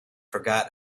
forgot